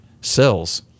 cells